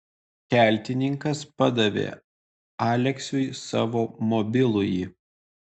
keltininkas padavė aleksiui savo mobilųjį